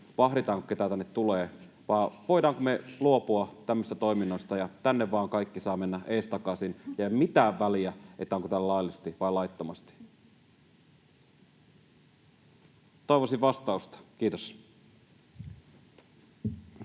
vahditaanko, keitä tänne tulee, vai voidaanko me luopua tämmöisistä toiminnoista ja tänne vaan, kaikki saavat mennä edestakaisin ja ei mitään väliä, onko täällä laillisesti vai laittomasti? Toivoisin vastausta. — Kiitos.